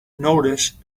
notice